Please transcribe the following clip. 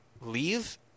leave